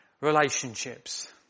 Relationships